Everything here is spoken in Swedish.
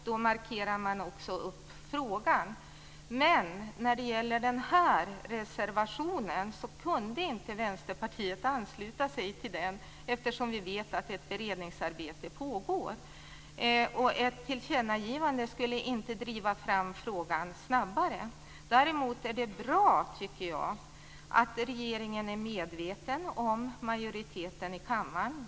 Då lyfter man även upp själva frågan. Men den här reservationen kunde Vänsterpartiet inte ansluta sig till, eftersom vi vet att ett beredningsarbete pågår. Ett tillkännagivande skulle inte driva frågan snabbare. Däremot tycker jag att det är bra att regeringen är medveten om vad majoriteten i kammaren anser.